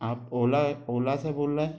आप ओला ओला से बोल रहे हैं